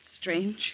strange